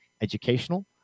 educational